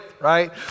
right